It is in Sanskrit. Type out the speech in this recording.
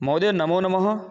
महोदय नमो नमः